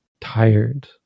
tired